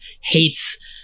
hates